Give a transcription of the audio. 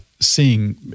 seeing